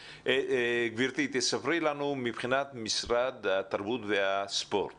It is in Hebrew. כמו שהסבירו קודם, מאז שמשרד התרבות והספורט